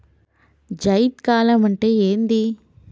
జైద్ కాలం అంటే ఏంది?